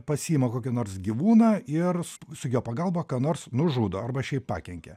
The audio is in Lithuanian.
pasiima kokį nors gyvūną ir su jo pagalba ką nors nužudo arba šiaip pakenkia